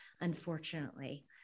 unfortunately